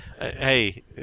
Hey